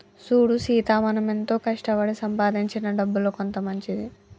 సూడు సీత మనం ఎంతో కష్టపడి సంపాదించిన డబ్బులో కొంత మంచిది